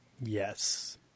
Yes